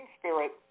Spirit